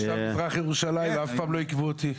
אני תושב מזרח ירושלים ואף פעם לא עיכבו אותי.